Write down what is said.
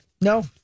No